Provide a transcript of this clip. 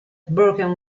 broken